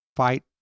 fight